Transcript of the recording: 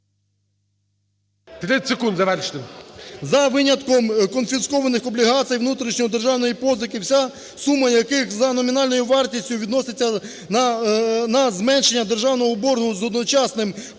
"…за винятком конфіскованих облігацій внутрішньої державної позики, вся сума яких за номінальною вартістю відноситься на зменшення державного боргу з одночасним погашенням